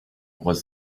was